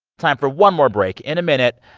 time for one more break. in a minute,